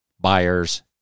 buyers